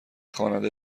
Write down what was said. خواننده